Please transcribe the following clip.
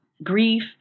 grief